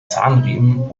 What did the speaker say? zahnriemen